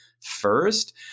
first